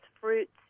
fruits